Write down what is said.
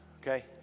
okay